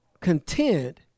content